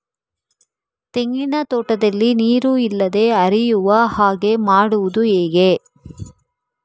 ತೆಂಗಿನ ತೋಟದಲ್ಲಿ ನೀರು ನಿಲ್ಲದೆ ಹರಿಯುವ ಹಾಗೆ ಮಾಡುವುದು ಹೇಗೆ?